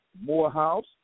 Morehouse